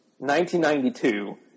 1992